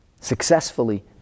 Successfully